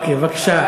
בבקשה.